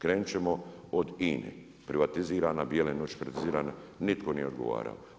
Krenut ćemo od INA-e, privatizirana, Bijele noći privatizirane, nitko nije odgovarao.